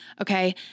Okay